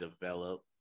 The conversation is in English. develop